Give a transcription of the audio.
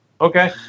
Okay